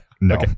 No